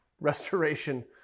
restoration